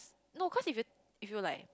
no cause if you if you like